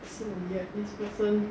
so weird this person